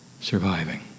surviving